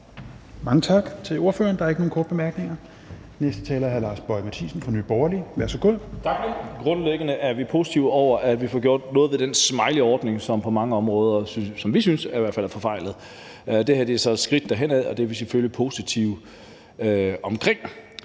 Mange tak til ordføreren. Der er ikke nogen korte bemærkninger. Den næste taler er hr. Lars Boje Mathiesen fra Nye Borgerlige. Værsgo. Kl. 11:16 (Ordfører) Lars Boje Mathiesen (NB): Tak for det. Grundlæggende er vi positive over, at vi får gjort noget ved den smileyordning, som vi i hvert fald på mange områder synes er forfejlet. Det her er så et skridt derhenad, og det er vi selvfølgelig positive omkring.